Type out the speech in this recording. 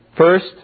First